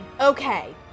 okay